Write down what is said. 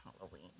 Halloween